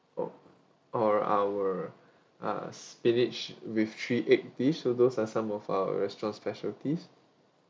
or or our uh spinach with three eggs dish so those are some of our restaurant specialties